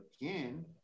Again